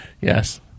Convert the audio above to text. Yes